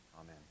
Amen